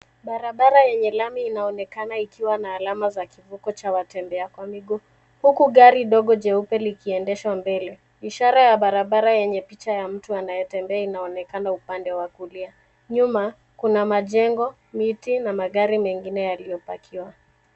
Barabara yenye lami inaonekana ikiwa na alama za kivuko cha watembea kwa miguu, huku gari dogo jeupe likiendeshwa mbele. Ishara ya barabara yenye picha ya mtu anayetembea inaonekana upande wa kulia. Nyuma kuna majengo, miti na magari mengine yaliyopakiwa.